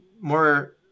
more